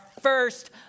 first